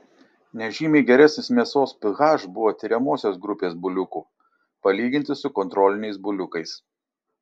nežymiai geresnis mėsos ph buvo tiriamosios grupės buliukų palyginti su kontroliniais buliukais